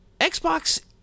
Xbox